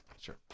Sure